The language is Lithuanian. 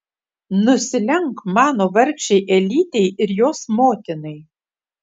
nusilenk mano vargšei elytei ir jos motinai